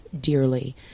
dearly